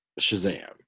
shazam